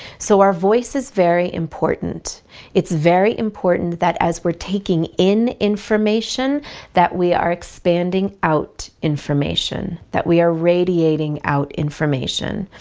so, our voice is very important it's very important that as we're taking in information that we are expanding out information that we are radiating out information.